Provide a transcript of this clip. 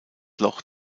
loch